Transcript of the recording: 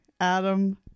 Adam